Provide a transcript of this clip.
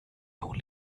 only